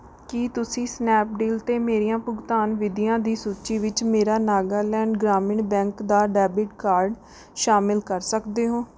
ਕੀ ਤੁਸੀਂ ਸਨੈਪਡੀਲ 'ਤੇ ਮੇਰੀਆਂ ਭੁਗਤਾਨ ਵਿਧੀਆਂ ਦੀ ਸੂਚੀ ਵਿੱਚ ਮੇਰਾ ਨਾਗਾਲੈਂਡ ਗ੍ਰਾਮੀਣ ਬੈਂਕ ਦਾ ਡੈਬਿਟ ਕਾਰਡ ਸ਼ਾਮਲ ਕਰ ਸਕਦੇ ਹੋ